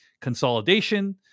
consolidation